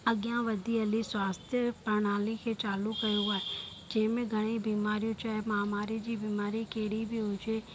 अॻियां वधी हली स्वास्थय प्रणाली खे चालू कयो आहे जंहिंमें घणेई बीमारियूं जा महामारी जी बीमारी कहिड़ी बि हुजे